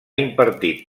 impartit